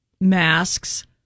masks